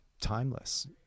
timeless